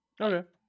okay